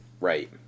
Right